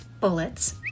Bullets